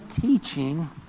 teaching